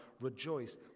rejoice